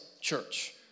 Church